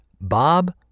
Bob